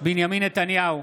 בנימין נתניהו,